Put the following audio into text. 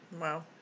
Wow